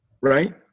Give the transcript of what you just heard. right